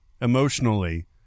emotionally